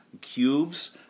cubes